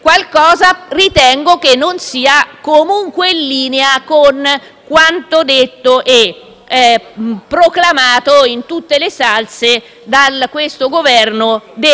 non sia in linea con quanto detto e proclamato in tutte le salse da questo Governo del cambiamento.